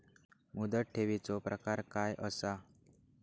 मुदत ठेवीचो प्रकार काय असा?